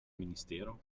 ministero